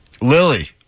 Lily